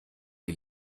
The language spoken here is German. die